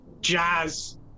jazz